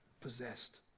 possessed